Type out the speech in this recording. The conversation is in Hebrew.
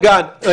אני